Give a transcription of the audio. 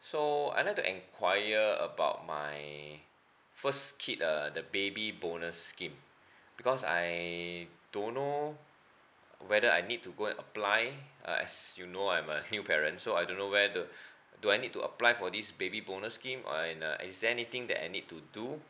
so I like to enquire about my first kid uh the baby bonus scheme because I don't know whether I need to go and apply as you know I'm a new parent so I don't know where to do I need to apply for this baby bonus scheme and uh is there anything I need to do